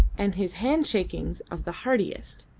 and his hand shakings of the heartiest,